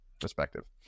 perspective